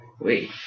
Wait